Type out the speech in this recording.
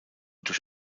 durch